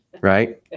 right